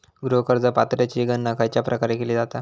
गृह कर्ज पात्रतेची गणना खयच्या प्रकारे केली जाते?